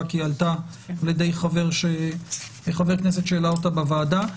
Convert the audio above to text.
כי היא עלתה על ידי חבר כנסת שהעלה אותה בוועדה.